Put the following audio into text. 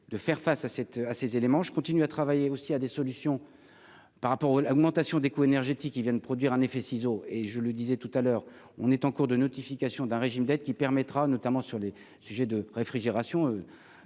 de faire face à cette à ces éléments, je continue à travailler aussi à des solutions par rapport aux augmentation des coûts énergétiques, il vient de produire un effet ciseau et je le disais tout à l'heure, on est en cours de notification d'un régime d'aide qui permettra notamment sur les sujets de réfrigération